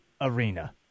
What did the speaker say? arena